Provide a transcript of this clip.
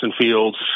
fields